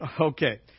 Okay